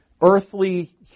earthly